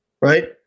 right